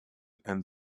and